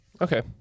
Okay